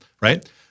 Right